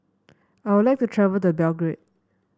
I would like to travel to Belgrade